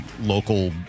local